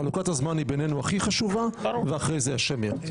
חלוקת הזמן בינינו היא הכי חשובה ואחר כך השמיות.